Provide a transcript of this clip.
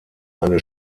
eine